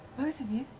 both of you?